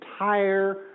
entire